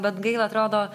bet gaila atrodo